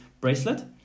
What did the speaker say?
bracelet